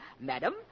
Madam